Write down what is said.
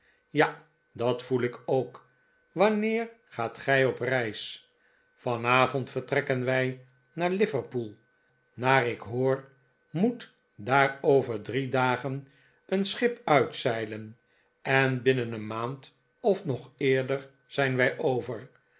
ja dat voel ik ook wanneer gaat gij op reis vanavond vertrekken wij naar liverpool naar ik hoor moet daar over drie dagen een schip uitzeilen en binnen een maand of nog eerder zijn wij over